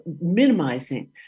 minimizing